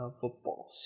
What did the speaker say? football